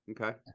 Okay